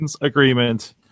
agreement